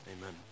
Amen